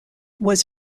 was